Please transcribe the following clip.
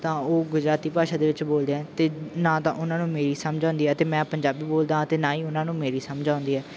ਤਾਂ ਉਹ ਗੁਜਰਾਤੀ ਭਾਸ਼ਾ ਦੇ ਵਿੱਚ ਬੋਲਦੇ ਆ ਅਤੇ ਨਾ ਤਾਂ ਉਹਨਾਂ ਨੂੰ ਮੇਰੀ ਸਮਝ ਆਉਂਦੀ ਆ ਅਤੇ ਮੈਂ ਪੰਜਾਬੀ ਬੋਲਦਾ ਅਤੇ ਨਾ ਹੀ ਉਹਨਾਂ ਨੂੰ ਮੇਰੀ ਸਮਝ ਆਉਂਦੀ ਹੈ